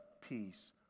peace